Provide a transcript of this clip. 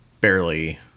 barely